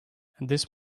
this